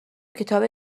کتاب